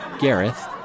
Gareth